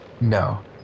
No